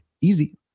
easy